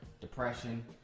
depression